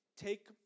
take